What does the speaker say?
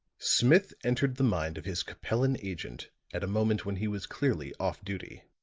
smith entered the mind of his capellan agent at a moment when he was clearly off duty.